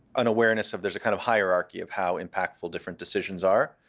unawareness of there's a kind of hierarchy of how impactful different decisions are.